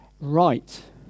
right